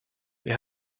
wir